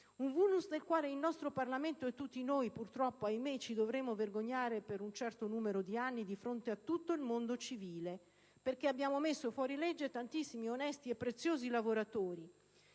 Un *vulnus* del quale il nostro Parlamento e tutti noi purtroppo, ahimè, dovremo vergognarci per un certo numero di anni di fronte a tutto il mondo civile perché abbiamo messo fuorilegge tantissimi onesti e preziosi lavoratori